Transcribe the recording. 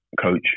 coach